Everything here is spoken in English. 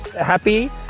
happy